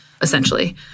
essentially